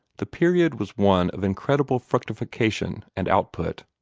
the period was one of incredible fructification and output.